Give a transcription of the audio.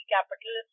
Capital